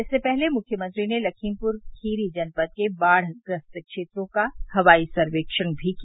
इससे पहले मुख्यमंत्री ने लखीमपुर खीरी जनपद के बाढ़ग्रस्त क्षेत्रों का हवाई सर्वेक्षण भी किया